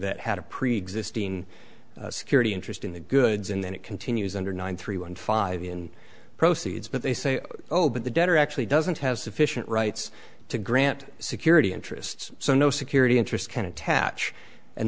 that had a preexisting security interest in the goods and then it continues under nine three one five in proceeds but they say oh but the debtor actually doesn't have sufficient rights to grant security interests so no security interest can attach